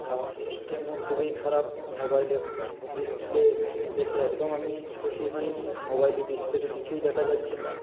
sound সিস্টেমও খুবই খারাপ মোবাইলের ডিসপ্লে দেখে একদম আমি খুশি হইনি মোবাইলে ডিসপ্লেতে কিছুই দেখা যাচ্ছে না